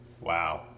Wow